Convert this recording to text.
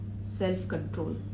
self-control